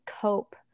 cope